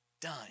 done